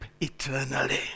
eternally